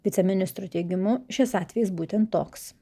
viceministro teigimu šis atvejis būtent toks